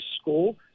school